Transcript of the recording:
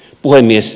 puhemies